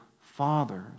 fathers